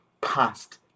past